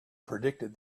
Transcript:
predicted